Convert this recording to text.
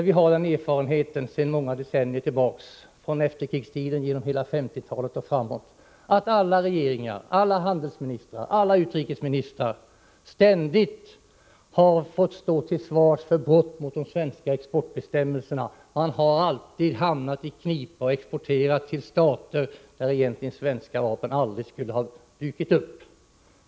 Vi har sedan många decennier tillbaka, från efterkrigstiden, hela 1950-talet och framåt, den erfarenheten att alla regeringar, alla handelsministrar och alla utrikesministrar ständigt fått stå till svars för brott mot de svenska exportbestämmelserna. Man har alltid hamnat i knipa och exporterat till stater där svenska vapen egentligen aldrig skulle ha dykt upp.